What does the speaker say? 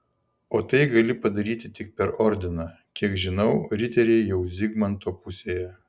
o tai gali padaryti tik per ordiną kiek žinau riteriai jau zigmanto pusėje